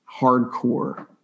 hardcore